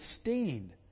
stained